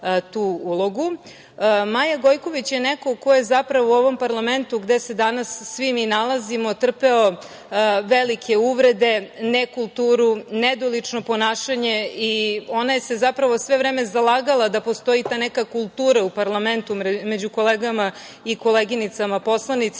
Maja Gojković je neko ko je zapravo u ovom parlamentu gde se danas svi mi nalazimo, trpeo velike uvrede, nekulturu, nedolično ponašanje i ona se zapravo sve vreme zalagala da postoji ta neka kultura u parlamentu među kolegama i koleginicama poslanicima,